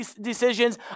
decisions